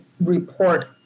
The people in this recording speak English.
report